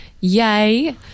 Yay